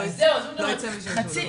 לא ייצא מזה שום דבר.